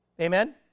amen